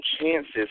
chances